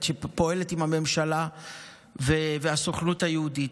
שפועלת עם הממשלה והסוכנות היהודית.